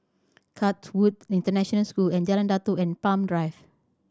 Chatsworth International School Jalan Datoh and Palm Drive